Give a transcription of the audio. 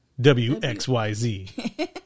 WXYZ